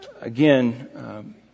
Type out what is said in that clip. again